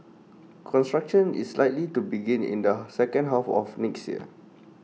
construction is likely to begin in the second half of next year